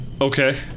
Okay